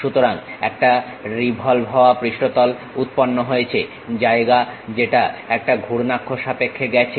সুতরাং একটা রিভলভ হওয়া পৃষ্ঠতল উৎপন্ন হয়েছে জায়গা যেটা একটা ঘুর্নাক্ষ সাপেক্ষে গেছে